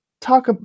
talk